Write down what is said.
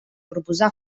proposar